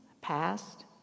past